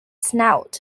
snout